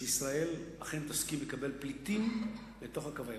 שישראל אכן תסכים לקבל פליטים לתוך "הקו הירוק",